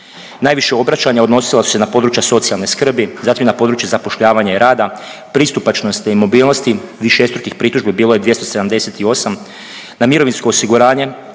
Najviše obraćanja odnosila su se na područja socijalne skrbi, zatim na područje zapošljavanja i rada, pristupačnosti i mobilnosti, višestrukih pritužbi bilo je 278, na mirovinsko osiguranje,